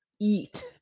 Eat